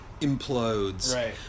implodes